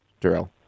Darrell